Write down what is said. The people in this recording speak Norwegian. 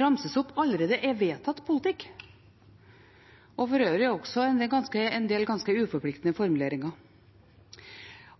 ramses opp, allerede er vedtatt politikk. For øvrig er det en del ganske uforpliktende formuleringer.